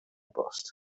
bost